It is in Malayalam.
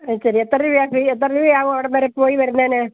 അത് ശരി എത്ര രൂപയാ ഫീ എത്ര രൂപയാകും അവിടം വരെ പോയി വരുന്നതിന്